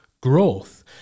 growth